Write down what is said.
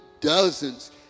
dozens